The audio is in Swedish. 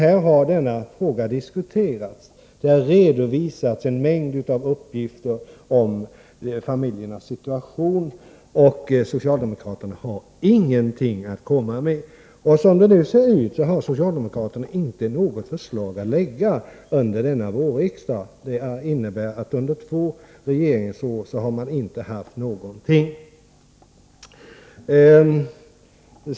Frågan har diskuterats och en mängd uppgifter har redovisats om familjernas situation. Ändå har socialdemokraterna ingenting alls att komma med. Som det nu ser ut har socialdemokraterna inte ens något förslag att framlägga under denna vårriksdag. Det innebär att man under två regeringsår inte har presterat någonting.